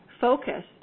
focus